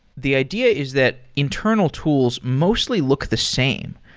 the idea is that internal tools mostly look the same.